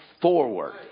forward